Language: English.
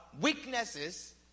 weaknesses